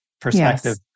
perspective